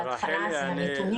נתונים